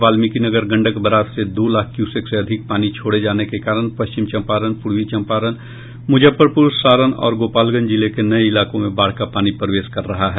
Valmikinagar Gandak barrage से दो lakh cusec से अधिक पानी छोड़े जाने के कारण पश्चिम चंपारण पूर्वी चंपारण मुजफ्फरपुर सारण और गोपालगंज जिले के नये इलाकों में बाढ़ का पानी प्रवेश कर रहा है